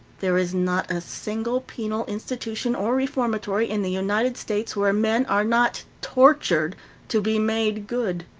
there is not a single penal institution or reformatory in the united states where men are not tortured to be made good,